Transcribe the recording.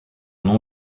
nom